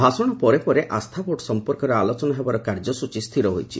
ଭାଷଣ ପରେ ପରେ ଆସ୍ଥା ଭୋଟ୍ ସମ୍ପର୍କରେ ଆଲୋଚନା ହେବାର କାର୍ଯ୍ୟସ୍ଟଚୀ ସ୍ଥିର ହୋଇଛି